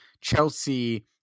Chelsea